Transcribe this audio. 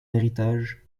héritage